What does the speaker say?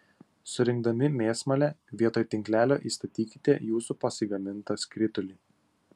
surinkdami mėsmalę vietoj tinklelio įstatykite jūsų pasigamintą skritulį